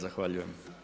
Zahvaljujem.